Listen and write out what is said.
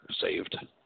saved